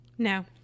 No